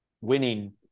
winning